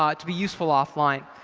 um to be useful offline.